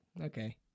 okay